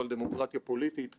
אני מבקש מאלברט סחרוביץ,